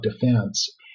defense